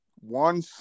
One